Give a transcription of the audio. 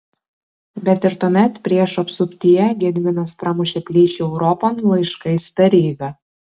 bet ir tuomet priešų apsuptyje gediminas pramušė plyšį europon laiškais per rygą